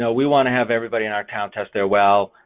so we wanna have everybody in our town test their well,